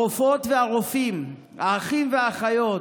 הרופאות והרופאים, האחים והאחיות,